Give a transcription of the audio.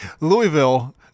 Louisville